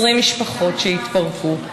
20 משפחות שהתפרקו.